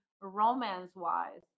romance-wise